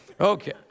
Okay